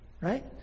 Right